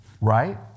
Right